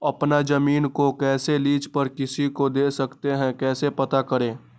अपना जमीन को कैसे लीज पर किसी को दे सकते है कैसे पता करें?